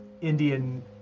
Indian